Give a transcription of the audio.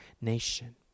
nation